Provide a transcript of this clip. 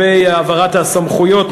העברת הסמכויות,